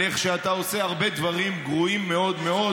על איך שאתה עושה הרבה דברים גרועים מאוד מאוד,